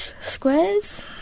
squares